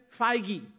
Feige